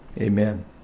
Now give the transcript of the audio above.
Amen